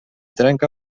trenca